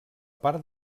part